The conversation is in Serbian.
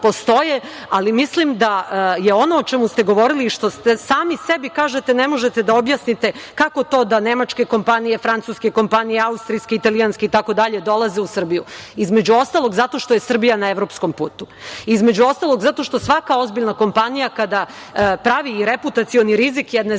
Mislim da je ono o čemu ste govorili i što sami sebi kažete, ne možete da objasnite kako to da nemačke kompanije, francuske kompanije, austrijska, italijanske itd. dolaze u Srbiju. Između ostalog, zato što je Srbija na evropskom putu. Između ostalog, zato što svaka ozbiljna kompanija, kada pravi i reputacioni rizik jedne zemlje